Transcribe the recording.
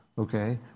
Okay